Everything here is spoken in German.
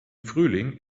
frühling